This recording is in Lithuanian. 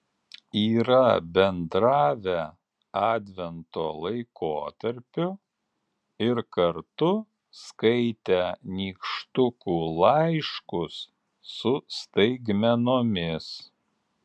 yra bendravę advento laikotarpiu ir kartu skaitę nykštukų laiškus su staigmenomis